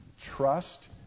trust